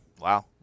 Wow